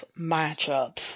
matchups